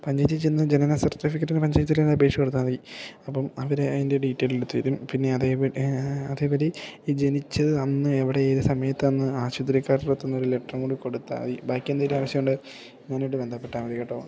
പഞ്ചായത്തിൽ ചെന്ന് ജനന സർട്ടിഫിക്കറ്റിന് പഞ്ചായത്തിലൊരു അപേക്ഷ കൊടുത്താൽമതി അപ്പം അവർ അതിൻ്റെ ഡീറ്റെയിൽ എടുത്തുതരും പിന്നെ അതേപടി അതേപടി ഈ ജനിച്ചത് അന്ന് എവിടെ ഏത് സമയത്ത് അന്ന് ആശുപത്രിക്കാരുടെ അടുത്തുനിന്നൊരു ലെറ്ററും കൂടി കൊടുത്താൽമതി ബാക്കി എന്തെങ്കിലും ആവശ്യമുണ്ടെങ്കിൽ ഞാനുമായിട്ട് ബന്ധപ്പെട്ടാൽമതി കേട്ടോ